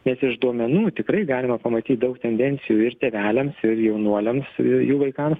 nes iš duomenų tikrai galima pamatyti daug tendencijų ir tėveliams ir jaunuoliams jų vaikams